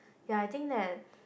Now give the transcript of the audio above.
ya I think that